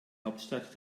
hauptstadt